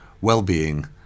well-being